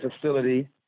facility